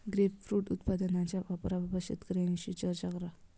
grapefruit उत्पादनाच्या वापराबाबत शेतकऱ्यांशी चर्चा केली